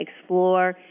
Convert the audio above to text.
explore